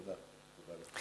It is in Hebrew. תודה רבה.